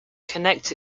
connect